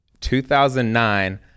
2009